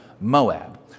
Moab